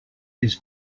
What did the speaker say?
his